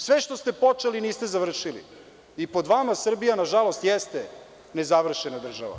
Sve što ste počeli niste završili i pod vama Srbija nažalost jeste nezavršena država.